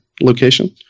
location